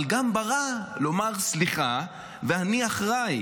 אבל גם ברע לומר "סליחה" ו"אני אחראי".